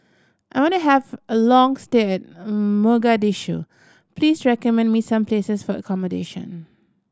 I want to have a long stay Mogadishu please recommend me some places for accommodation